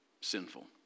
sinful